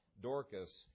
Dorcas